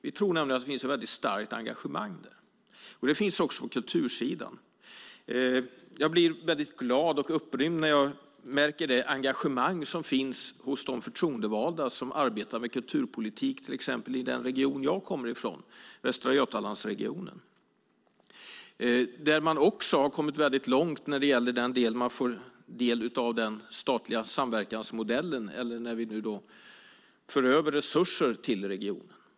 Vi tror nämligen att det finns ett väldigt starkt engagemang där, också på kultursidan. Jag blir väldigt glad och upprymd när jag märker det engagemang som finns hos de förtroendevalda som arbetar med kulturpolitik till exempel i den region där jag kommer ifrån, Västra Götalandsregionen. Där har man också kommit väldigt långt när det gäller den del man får i och med den statliga samverkansmodellen eller när man för över resurser till regionerna.